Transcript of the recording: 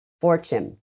fortune